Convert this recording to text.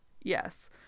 yes